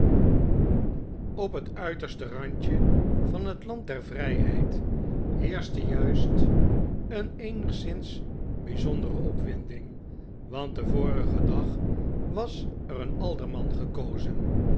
op het uiterste randje van het land der vrijheid heerschte juist een eenigszins bijzondere opwinding want den vorigen dag was er een alderman gek'ozen